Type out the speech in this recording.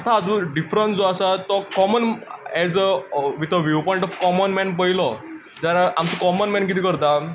आतां हाचो डिफरन्स जो आसा तो common as a with a view point of common man पयलो जाल्यार आमचो कॉमन मेन कितें करता